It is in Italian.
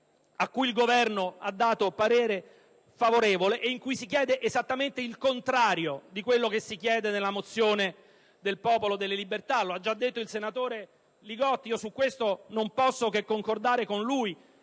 a cui il Governo ha dato parere favorevole ed in cui si chiede esattamente il contrario di quello che si chiede nella mozione del Popolo della Libertà, come ha già detto il senatore Li Gotti. Non posso che concordare con lui: